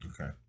Okay